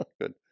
good